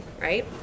right